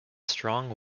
strong